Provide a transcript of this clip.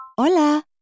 Hola